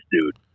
dude